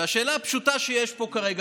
והשאלה הפשוטה שיש פה כרגע,